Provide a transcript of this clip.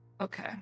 Okay